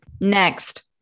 Next